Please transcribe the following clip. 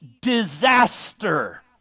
disaster